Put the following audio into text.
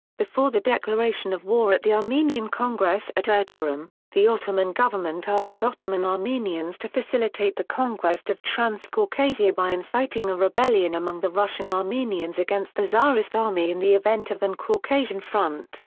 before the declaration of war at the armenian congress at erzurum, the ottoman government asked ottoman armenians to facilitate the conquest of transcaucasia by inciting a rebellion among the russian armenians against the tsarist army in the event of an caucasian front.